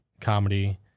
comedy